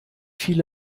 viele